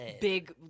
Big